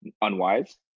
unwise